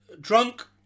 drunk